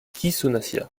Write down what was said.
ghisonaccia